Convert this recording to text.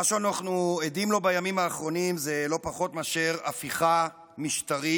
מה שאנחנו עדים לו בימים האחרונים זה לא פחות מאשר הפיכה משטרית,